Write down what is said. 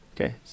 Okay